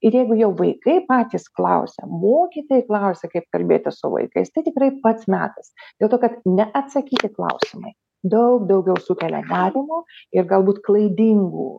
ir jeigu jau vaikai patys klausia mokytojai klausia kaip kalbėtis su vaikais tai tikrai pats metas dėl to kad neatsakyti klausimai daug daugiau sukelia nerimo ir galbūt klaidingų